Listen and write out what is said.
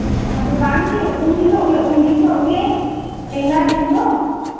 ᱟᱫᱚ ᱵᱟᱝᱜᱮ ᱩᱱ ᱦᱤᱞᱳᱜ ᱜᱮ ᱩᱱ ᱦᱤᱞᱳᱜ ᱜᱮ ᱯᱮᱦᱞᱟ ᱫᱤᱱ ᱫᱚ